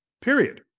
Period